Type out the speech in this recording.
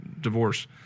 Divorce